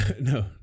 No